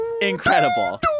incredible